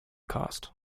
cost